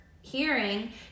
hearing